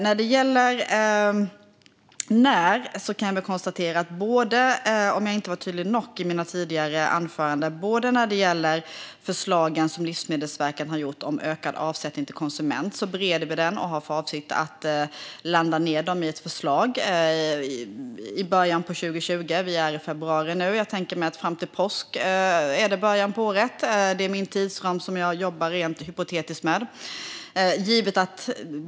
Jag fick en fråga om "när". Om jag inte var tydlig nog i mina tidigare anföranden gäller att vi bereder Livsmedelsverkets förslag om ökad avsättning till konsument och har för avsikt att komma med ett förslag i början av 2020. Vi är nu i februari. För mig sträcker sig början av året fram till påsk. Det är den tidsram som jag rent hypotetiskt jobbar med.